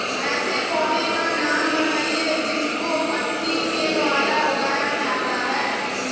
ऐसे पौधे का नाम बताइए जिसको पत्ती के द्वारा उगाया जाता है